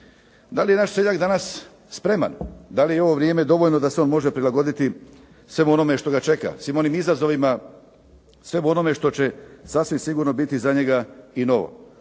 Da li je naš seljak danas spreman, da li je i ovo vrijeme dovoljno da se on može prilagoditi svemu onome što ga čeka, svim onim izazovima, svemu onome što će sasvim sigurno biti za njega i novo.